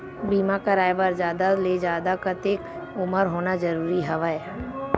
बीमा कराय बर जादा ले जादा कतेक उमर होना जरूरी हवय?